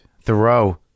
Thoreau